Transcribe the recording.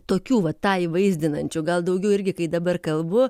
tokių va tą įvaizdinančių gal daugiau irgi kai dabar kalbu